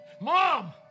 Mom